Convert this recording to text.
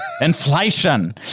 inflation